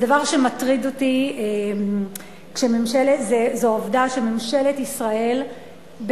ודבר שמטריד אותי זה העובדה שממשלת ישראל,